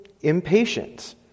impatient